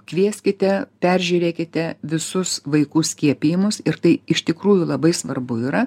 kvieskite peržiūrėkite visus vaikų skiepijimus ir tai iš tikrųjų labai svarbu yra